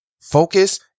focus